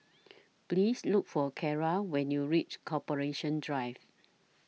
Please Look For Carra when YOU REACH Corporation Drive